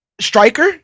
Striker